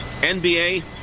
NBA